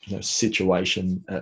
situation